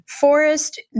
forest